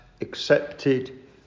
accepted